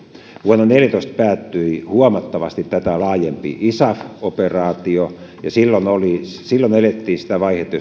vuonna neljätoista päättyi huomattavasti tätä laajempi isaf operaatio ja silloin me elimme sitä vaihetta jossa